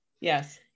yes